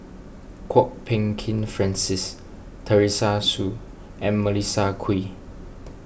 Kwok Peng Kin Francis Teresa Hsu and Melissa Kwee